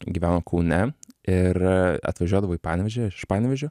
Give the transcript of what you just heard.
gyveno kaune ir atvažiuodavo į panevėžį aš iš panevėžio